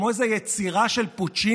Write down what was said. כמו איזו יצירה של פוצ'יני,